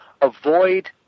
avoid